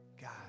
God